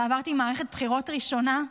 ועברתי מערכת בחירות ראשונה,